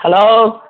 hello